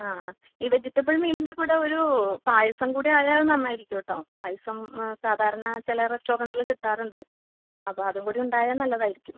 ആ ആ ഈ വെജിറ്റബിൾ മീലിന്റെ കൂടെ ഒരു പായസം കൂടെ ആയാൽ നന്നായിരിക്കും കേട്ടോ പായസം സാധാരണ ചില റെസ്റ്റോറൻറ്റിൽ കിട്ടാറുണ്ട് അപ്പോൾ അതും കൂടെ ഉണ്ടായാൽ നല്ലതായിരിക്കും